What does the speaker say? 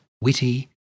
witty